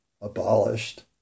abolished